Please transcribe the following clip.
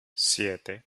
siete